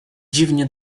dziwnie